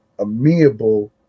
Amiable